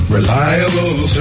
Reliable